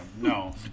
no